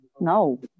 No